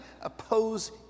oppose